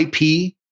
IP